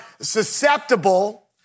susceptible